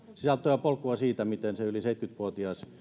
sisältöä polkua siihen miten se yli seitsemänkymmentä vuotias